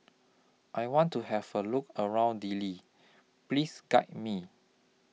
I want to Have A Look around Dili Please Guide Me